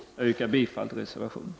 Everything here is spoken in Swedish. Jag yrkar bifall till reservationen.